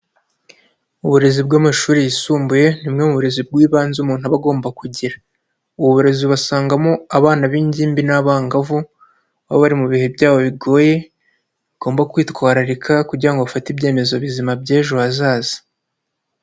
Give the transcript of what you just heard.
Uburezi bw'amashuri yisumbuye ni bumwe mu burezi bw'ibanze umuntu aba agomba kugira. Ubu burezi basangamo abana b'ingimbi n'abangavu aho baba bari mu bihe byabo bigoye, bagomba kwitwararika kugira ngo bafate ibyemezo bizima by'ejo hazaza.